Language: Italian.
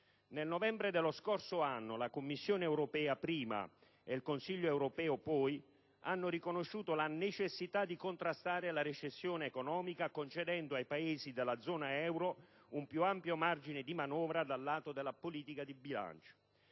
Nel novembre dello scorso anno la Commissione europea, prima, e il Consiglio europeo, poi, hanno riconosciuto la necessità di contrastare la recessione economica, concedendo ai Paesi della zona euro un più ampio margine di manovra dal lato della politica di bilancio.